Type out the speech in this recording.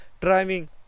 driving